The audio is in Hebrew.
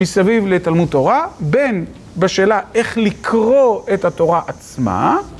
מסביב לתלמוד תורה, בין בשאלה איך לקרוא את התורה עצמה